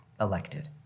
elected